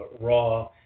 Raw